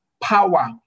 power